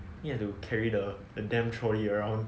then you have to carry the damn trolley around